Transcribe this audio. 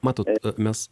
matot mes